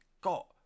got